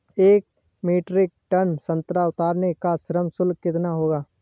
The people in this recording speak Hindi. एक मीट्रिक टन संतरा उतारने का श्रम शुल्क कितना होगा?